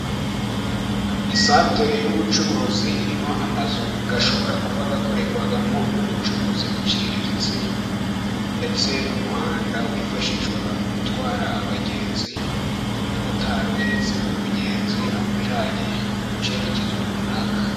Isantere y'ubucuruzi irimo amazu ashobora kuba akorerwamo ubucuruzi buciriritse, ndetse n'umuhanda wifashishwa mu gutwara abagenzi, umumotari uhetse umugenzi amujyananye mu cyerekezo runaka.